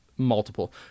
Multiple